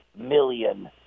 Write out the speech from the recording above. million